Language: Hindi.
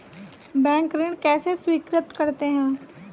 बैंक ऋण कैसे स्वीकृत करते हैं?